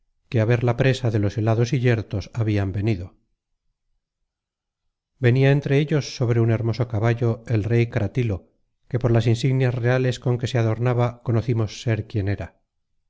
que á ver la presa de los helados y yertos habian venido content from google book search generated at tilo que por las insignias reales con que se adornaba conocimos ser quien era